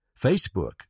Facebook